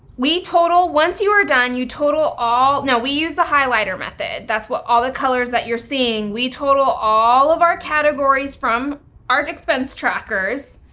we total, once you are done, you total all, now, we use a highlighter method, that's what all the colors that you're seeing, we total all of our categories from our expense trackers.